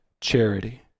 charity